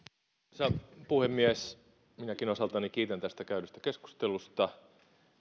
arvoisa puhemies minäkin osaltani kiitän tästä käydystä keskustelusta